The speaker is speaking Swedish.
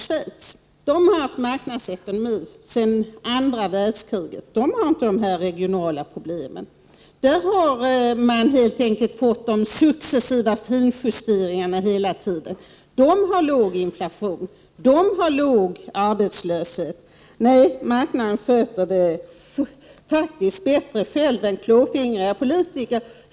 Schweiz, t.ex., har haft marknadsekonomi sedan andra världskriget. Schweiz har inte några regionala problem. Där har man helt enkelt fått successiva följdjusteringar hela tiden. I Schweiz är inflationen och arbetslösheten låga. Nej, marknaden sköter faktiskt detta bättre av sig själv än vad klåfingriga politiker gör.